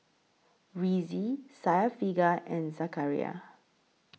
Rizqi Syafiqah and Zakaria